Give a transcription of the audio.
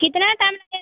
कितना टाइम लगेगा